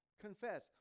Confess